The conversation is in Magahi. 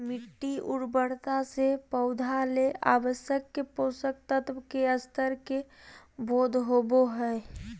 मिटटी उर्वरता से पौधा ले आवश्यक पोषक तत्व के स्तर के बोध होबो हइ